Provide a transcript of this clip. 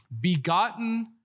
begotten